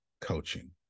coaching